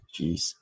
Jeez